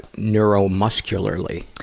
neuromuscularly?